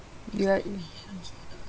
you are uh